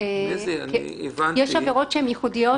אחת לאחת מול חוק העונשין או מול חוק המאבק בטרור זה לא יהיה מדויק.